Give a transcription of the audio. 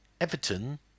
Everton